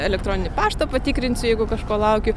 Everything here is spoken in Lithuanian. elektroninį paštą patikrinsiu jeigu kažko laukiu